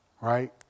right